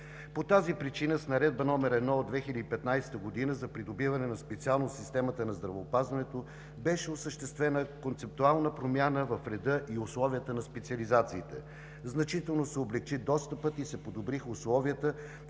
По тази причина с Наредба № 1 от 2015 г. за придобиване на специалност в системата на здравеопазването беше осъществена концептуална промяна в реда и условията на специализациите. Значително се облекчи достъпът и се подобриха условията,